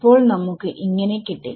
ഇപ്പോൾ നമുക്ക് കിട്ടി